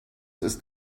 ist